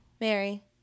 Mary